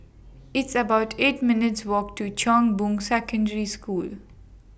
It's about eight minutes' Walk to Chong Boon Secondary School